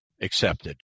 accepted